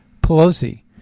Pelosi